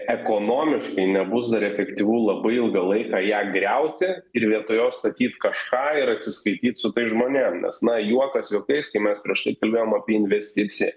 ekonomiškai nebus dar efektyvu labai ilgą laiką ją griauti ir vietoj jos statyt kažką ir atsiskaityt su tais žmonėm nes na juokas juokais kai mes prieš tai kalbėjom apie investiciją